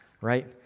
right